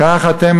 כך אתם,